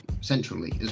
centrally